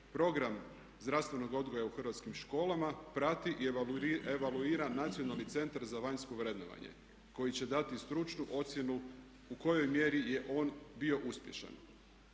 program zdravstvenog odgoja u hrvatskim školama prati i evaluira Nacionalni centar za vanjsko vrednovanje koji će dati stručnu ocjenu u kojoj mjeri je on bio uspješan.